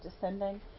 Descending